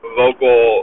vocal